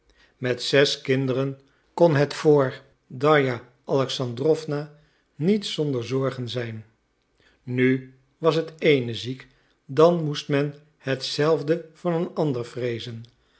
met zes kinderen kon het voor darja alexandrowna niet zonder zorgen zijn nu was het eene ziek dan moest men hetzelfde van een ander vreezen